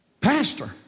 Pastor